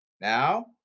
Now